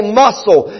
muscle